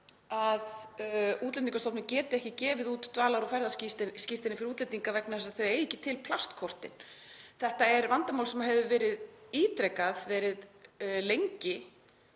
að Útlendingastofnun geti ekki gefið út dvalar- og ferðaskírteini fyrir útlendinga vegna þess að þau eigi ekki til plastkortin. Þetta er vandamál sem hefur verið viðvarandi